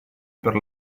per